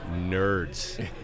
nerds